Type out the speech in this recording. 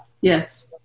yes